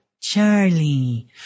Charlie